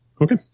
Okay